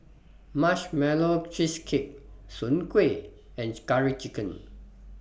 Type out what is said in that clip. Marshmallow Cheesecake Soon Kueh and Curry Chicken